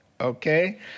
Okay